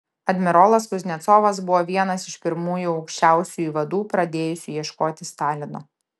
admirolas kuznecovas buvo vienas iš pirmųjų aukščiausiųjų vadų pradėjusių ieškoti stalino